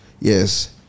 yes